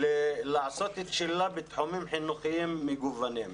לעשות את שלהם בתחומים חינוכיים מגוונים.